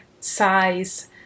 size